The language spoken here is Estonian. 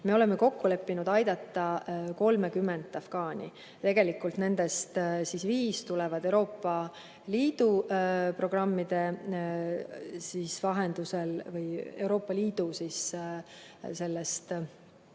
Me oleme kokku leppinud aidata 30 afgaani. Tegelikult nendest viis tulevad Euroopa Liidu programmide vahendusel või Euroopa Liidu kokkulepitud